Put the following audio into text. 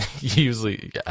usually